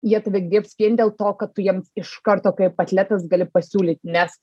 jie tave griebs vien dėl to kad tu jiems iš karto kaip atletas gali pasiūlyt nes